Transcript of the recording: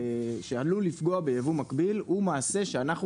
שעלול לפגוע בייבוא מקביל הוא מעשה שאנחנו